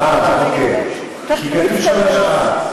כי כתוב שם ככה.